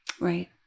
Right